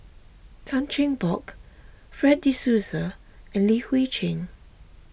Tan Cheng Bock Fred De Souza and Li Hui Cheng